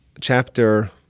chapter